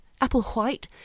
Applewhite